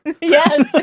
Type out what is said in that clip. Yes